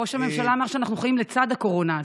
ראש הממשלה אמר שאנחנו חיים לצד הקורונה,